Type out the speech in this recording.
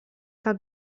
как